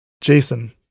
Jason